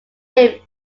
named